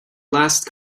last